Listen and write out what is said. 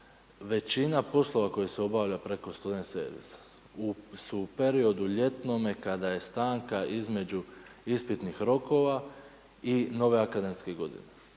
Većina poslova koji se obavlja preko student servisa, u periodu ljetnome kada je stanka između ispitnih rokova i nove akademske godine.